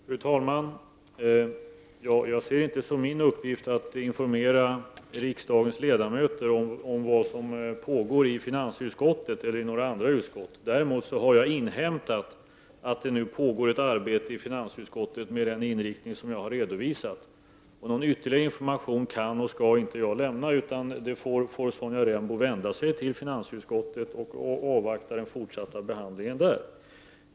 Fru talman! Jag ser det inte som min uppgift att informera riksdagens ledamöter om vad som pågår i finansutskottet eller något annat utskott. Däremot har jag inhämtat att det nu pågår ett arbete i finansutskottet med den inriktning som jag har redovisat. Någon ytterligare information kan och skall inte jag lämna — för det får Sonja Rembo vända sig till finansutskottet eller avvakta den fortsatta behandlingen där av ärendet.